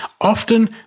Often